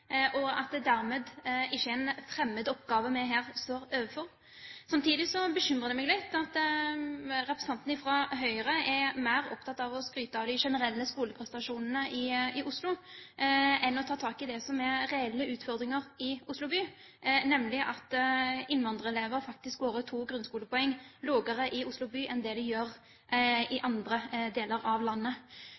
og at det dermed ikke er en fremmed oppgave vi her står overfor. Samtidig bekymrer det meg litt at representanten fra Høyre er mer opptatt av å skryte av de generelle skoleprestasjonene i Oslo enn å ta tak i det som er reelle utfordringer i Oslo by, nemlig at innvandrerelever faktisk går ut med to grunnskolepoeng lavere i Oslo by enn de gjør i andre deler av landet.